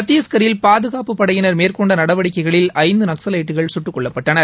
சத்திஷ்கரில் பாதுகாப்புப் படையினர் மேற்கொண்ட நடவடிக்கைகளில் ஐந்து நக்ஸவைட்டுகள் கட்டுக் கொல்லப்பட்டனர்